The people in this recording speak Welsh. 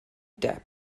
depp